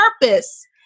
purpose